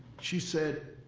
she said,